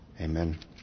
amen